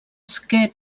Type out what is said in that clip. esquer